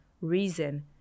reason